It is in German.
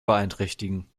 beeinträchtigen